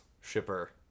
shipper